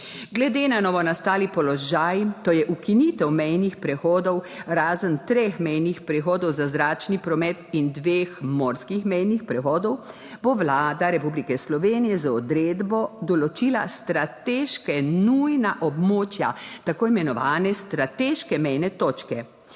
Glede na novo nastali položaj, to je ukinitev mejnih prehodov, razen treh mejnih prehodov za zračni promet in dveh morskih mejnih prehodov, bo Vlada Republike Slovenije z odredbo določila strateške nujna območja, tako imenovane strateške mejne točke,